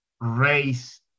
race